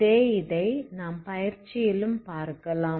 இதே இதை நாம் பயிற்சியிலும் பார்க்கலாம்